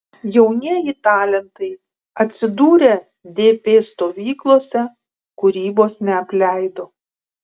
jaunieji talentai atsidūrę dp stovyklose kūrybos neapleido